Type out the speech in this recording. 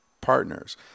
partners